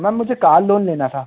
ma'am मुझे car loan लेना था